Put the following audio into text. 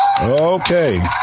Okay